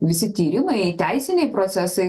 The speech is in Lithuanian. visi tyrimai teisiniai procesai